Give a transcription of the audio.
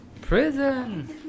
prison